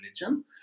religion